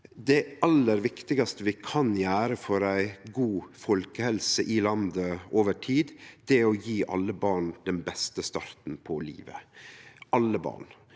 Det aller viktigaste vi kan gjere for ei god folkehelse i landet over tid, er å gje alle barn den beste starten på livet – alle barn.